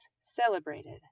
celebrated